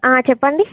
ఆ చెప్పండి